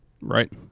Right